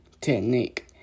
technique